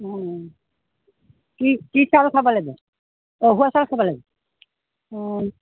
অঁ কি কি চাউল খাব লাগে উহোৱা চাউল খাব লাগে অঁ